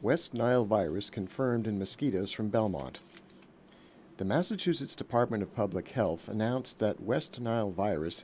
west nile virus confirmed in mosquitoes from belmont the massachusetts department of public health announced that west nile virus